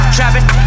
Trapping